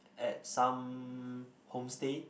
at some homestay